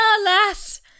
Alas